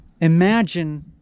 imagine